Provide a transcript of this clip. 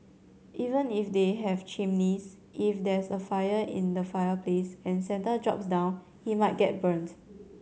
even if they have chimneys if there's a fire in the fireplace and Santa drops down he might get burnt